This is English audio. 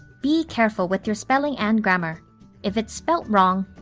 be careful with your spelling and grammar if it's spelt wrong,